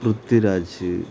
Prithviraj